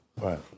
Right